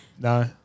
No